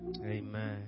Amen